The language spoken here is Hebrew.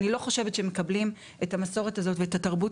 אני לא חושבת שמקבלים את המסורת הזאת ואת התרבות